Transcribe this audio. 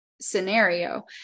scenario